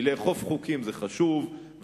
כי לאכוף חוקים זה חשוב,